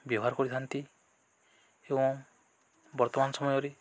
ବ୍ୟବହାର କରିଥାନ୍ତି ଏବଂ ବର୍ତ୍ତମାନ ସମୟରେ